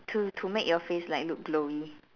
to to make your face like look glowy